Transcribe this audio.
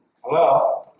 Hello